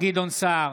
גדעון סער,